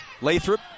Lathrop